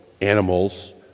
animals